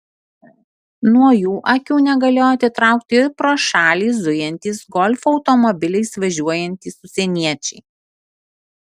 nuo jų akių negalėjo atitraukti ir pro šalį zujantys golfo automobiliais važiuojantys užsieniečiai